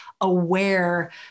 aware